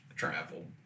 travel